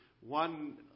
one